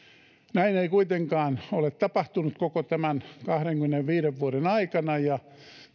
näin ei kuitenkaan ole tapahtunut koko tämän kahdenkymmenenviiden vuoden aikana ja